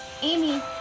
Amy